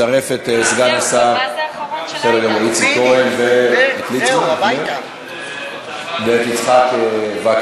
אני מצרף את קולו של סגן השר איציק כהן ואת חבר הכנסת יצחק וקנין.